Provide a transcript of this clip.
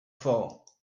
fort